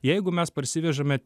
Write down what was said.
jeigu mes parsivežame